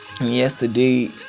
yesterday